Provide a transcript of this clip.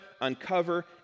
uncover